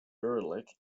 uralic